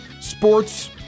sports